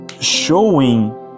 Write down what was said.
showing